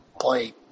play